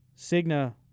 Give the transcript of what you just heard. Cigna